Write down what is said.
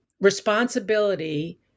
responsibility